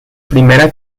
primera